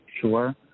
sure